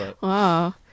Wow